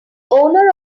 owner